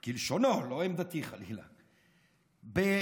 כלשונו, לא עמדתי, חלילה בפרלמנט,